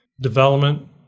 development